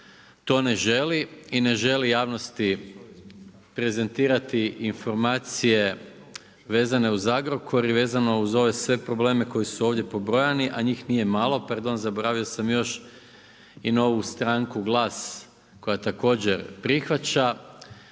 to ne želi i ne želi javnosti prezentirati informacije vezane uz Agrokor i vezano uz ove sve probleme koji su ovdje pobrojani a njih nije malo, pardon, zaboravio sam još i novu stranku GLAS koja također prihvaća,